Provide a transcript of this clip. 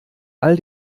all